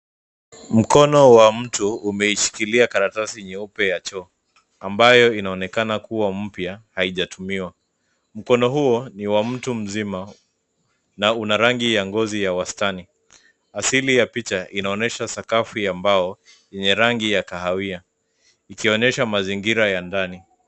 Mkono wa mtu umeishikilia karatasi nyeupe ya choo, ambayo inaonekana kuwa mpya haijatumiwa. Mkono huo ni wa mtu mzima na una rangi ya ngozi ya wastani. Asili ya picha inaonyesha sakafu ya mbao yenye rangi ya kahawia ikionyesha mazingira ya ndani.